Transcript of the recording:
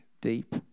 deep